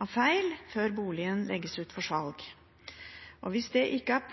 av feil før boligen legges ut for salg. Hvis det ikke er